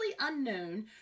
unknown